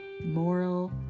moral